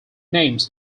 names